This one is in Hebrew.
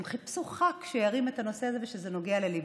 הם חיפשו ח"כ שירים את הנושא הזה ושזה נוגע לליבו,